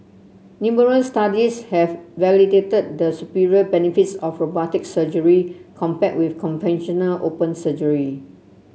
numerous studies have validated the superior benefits of robotic surgery compared with conventional open surgery